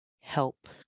help